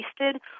wasted